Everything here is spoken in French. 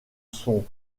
son